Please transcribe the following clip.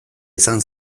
izan